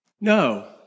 No